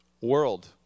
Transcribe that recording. world